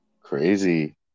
Crazy